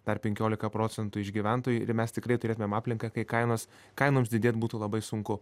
dar penkiolika procentų iš gyventojų ir mes tikrai turėtumėm aplinką kai kainos kainoms didėt būtų labai sunku